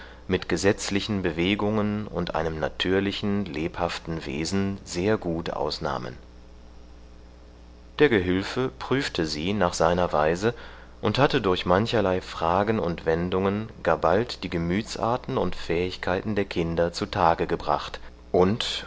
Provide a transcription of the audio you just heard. mit gesetzlichen bewegungen und einem natürlichen lebhaften wesen sehr gut ausnahmen der gehülfe prüfte sie nach seiner weise und hatte durch mancherlei fragen und wendungen gar bald die gemütsarten und fähigkeiten der kinder zutage gebracht und